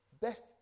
best